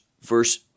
verse